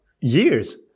years